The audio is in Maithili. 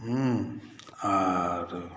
हँ आर